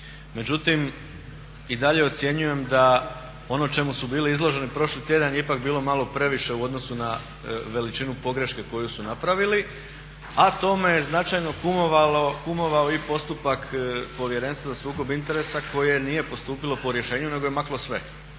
Međutim i dalje ocjenjujem da ono čemu su bili izloženi prošli tjedan je ipak bilo malo previše u odnosu na veličinu pogreške koju su napravili a tome je značajno kumovao i postupak Povjerenstva za sukob interesa koje nije postupilo po rješenju nego je maklo sve